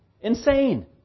Insane